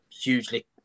hugely